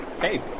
Hey